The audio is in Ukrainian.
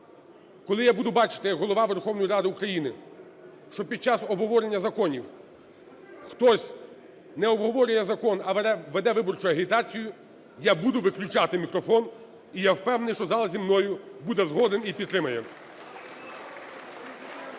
коли я буду бачити як Голова Верховної Ради України, що під час обговорення законів хтось не обговорює закон, а веде виборчу агітацію, я буду виключати мікрофон. І я впевнений, що зал зі мною буде згоден і підтримає.